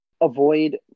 avoid